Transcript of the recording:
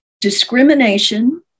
discrimination